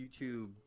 youtube